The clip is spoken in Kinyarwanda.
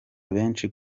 benshi